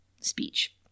speech